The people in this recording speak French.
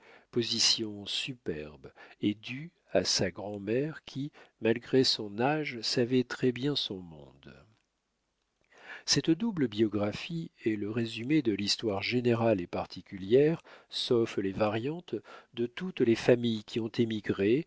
position superbe et due à sa grand'mère qui malgré son âge savait très-bien son monde cette double biographie est le résumé de l'histoire générale et particulière sauf les variantes de toutes les familles qui ont émigré